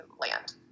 land